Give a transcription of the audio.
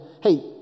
hey